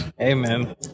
Amen